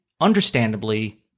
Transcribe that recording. understandably